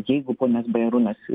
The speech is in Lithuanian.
jeigu ponas bajarūnas